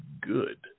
good